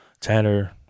tanner